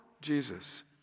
Jesus